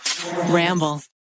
Ramble